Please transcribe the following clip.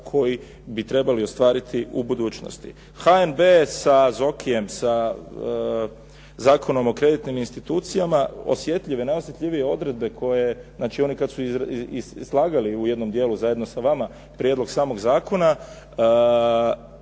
koji bi trebali ostvariti u budućnosti. HNB je sa Zokijem, sa Zakonom o kreditnim institucijama, osjetljive, najosjetljivije odredbe koje, znači one kad su i slagali u jednom dijelu zajedno sa vama prijedlog samog zakona